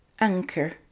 Anchor